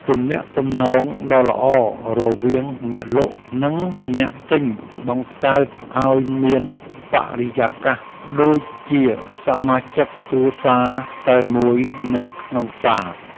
ទំនាក់ទំនងដ៏ល្អរវាងអ្នកលក់ និងអ្នកទិញបង្កើតឱ្យមានបរិយាកាសដូចជាសមាជិកគ្រួសារតែមួយនៅក្នុងផ្សារ។